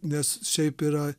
nes šiaip yra